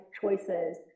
choices